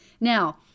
Now